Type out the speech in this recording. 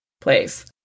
place